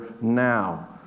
now